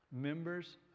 Members